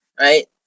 Right